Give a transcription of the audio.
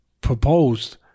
proposed